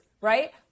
Right